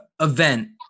event